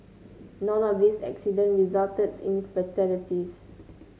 none of this accident resulted in fatalities